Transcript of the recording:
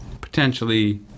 potentially